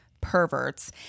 perverts